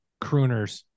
crooners